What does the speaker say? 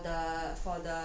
or maybe lesser